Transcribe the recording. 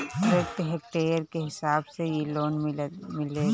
प्रति हेक्टेयर के हिसाब से इ लोन मिलेला